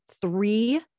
three